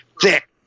thick